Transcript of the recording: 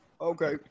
Okay